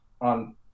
on